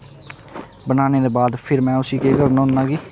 बनाने दे बाद फिर में उसी केह् करना होन्ना कि